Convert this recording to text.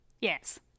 Yes